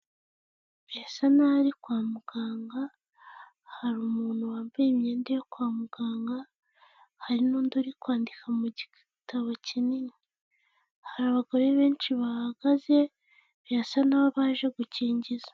Birasa nk'aho ari kwa muganga hari umuntu wambaye imyenda yo kwa muganga, hari n'undi uri kwandika mu gitabo kinini, hari abagore benshi bahagaze birasa nk'aho baje gukingiza.